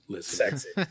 Sexy